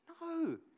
No